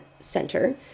Center